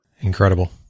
Incredible